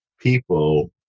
people